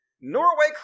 Norway